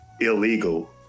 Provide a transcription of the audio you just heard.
illegal